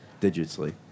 digitally